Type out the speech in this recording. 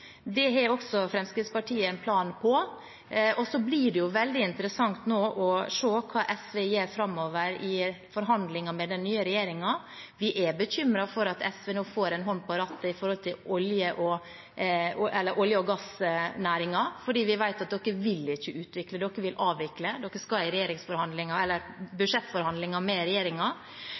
Det har også Fremskrittspartiet en plan på. Og så blir det veldig interessant nå å se hva SV gjør framover i forhandlinger med den nye regjeringen. Vi er bekymret for at SV nå får en hånd på rattet når det gjelder olje- og gassnæringen, for vi vet at SV vil ikke utvikle, men avvikle. SV skal i budsjettforhandlinger med